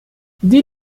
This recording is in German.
die